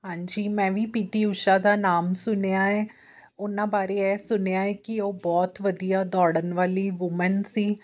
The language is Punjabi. ਹਾਂਜੀ ਮੈਂ ਵੀ ਪੀ ਟੀ ਊਸ਼ਾ ਦਾ ਨਾਮ ਸੁਣਿਆ ਹੈ ਉਹਨਾਂ ਬਾਰੇ ਇਹ ਸੁਣਿਆ ਹੈ ਕਿ ਉਹ ਬਹੁਤ ਵਧੀਆ ਦੌੜਨ ਵਾਲੀ ਵੁਮੈਨ ਸੀ